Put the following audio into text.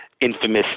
infamous